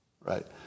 right